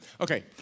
Okay